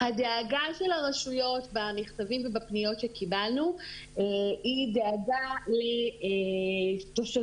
הדאגה של הרשויות במכתבים ובפניות שקיבלנו היא דאגה לתושבים,